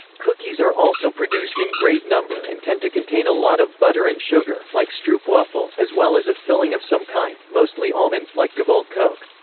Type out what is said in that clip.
cookies are also produced in great number and tend to contain a lot of butter and sugar, like stroopwafel, as well as a filling of some kind, mostly almond, like gevulde koek.